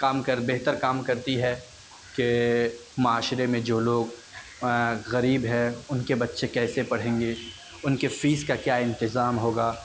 کام کر بہتر کام کرتی ہے کہ معاشرے میں جو لوگ غریب ہے ان کے بچے کیسے پڑھیں گے ان کے فیس کا کیا انتظام ہوگا